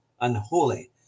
unholy